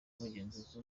n’umugenzuzi